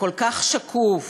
וכל כך שקוף